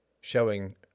showing